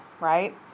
right